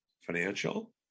financial